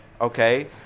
Okay